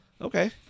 Okay